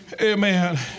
Amen